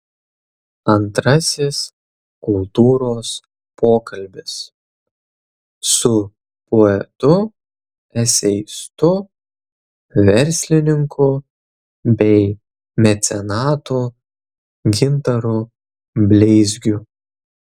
antrasis kultūros pokalbis su poetu eseistu verslininku bei mecenatu gintaru bleizgiu